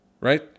right